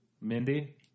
Mindy